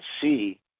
see